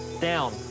Down